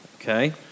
Okay